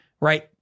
right